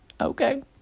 okay